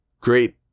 great